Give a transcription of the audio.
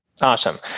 Awesome